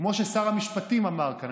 כמו ששר המשפטים אמר כאן,